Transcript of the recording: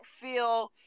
feel